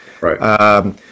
Right